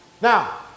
now